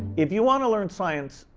if you want to learn science,